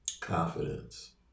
confidence